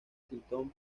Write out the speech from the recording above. clinton